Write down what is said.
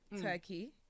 Turkey